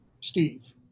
Steve